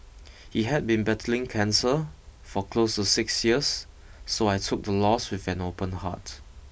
he had been battling cancer for close to six years so I took the loss with an open heart